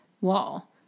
wall